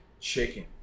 chicken